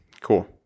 Cool